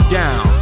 down